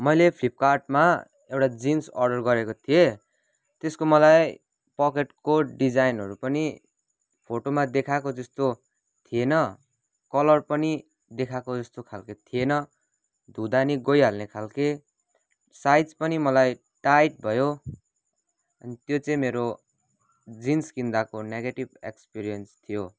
मैले फिल्पकार्टमा एउटा जिन्स अर्डर गरेको थिएँ त्यस्को मलाई पकेटको डिजाइनहरू पनि फोटोमा देखाएको जस्तो थिएन कलर पनि देखाएको जस्तो खालको थिएन धुँदा पनि गइहाल्ने खालको साइज पनि मलाई टाइट भयो त्यो चाहिँ मेरो जिन्स किन्दाको नेगेटिभ एक्सपिरियन्स थियो